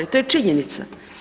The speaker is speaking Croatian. I to je činjenica.